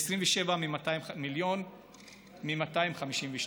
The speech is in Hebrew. שזה 27 מיליון מ-200 מיליון, מ-252.